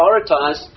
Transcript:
prioritize